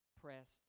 pressed